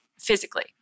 physically